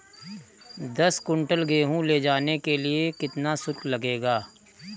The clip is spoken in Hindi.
दस कुंटल गेहूँ ले जाने के लिए कितना शुल्क लगेगा?